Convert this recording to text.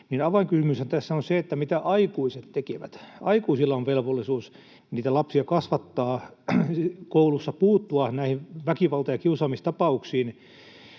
tässä on se, mitä aikuiset tekevät. Aikuisilla on velvollisuus niitä lapsia kasvattaa ja koulussa puuttua näihin väkivalta- ja kiusaamistapauksiin.